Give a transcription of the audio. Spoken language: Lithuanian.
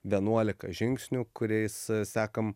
vienuolika žingsnių kuriais sekam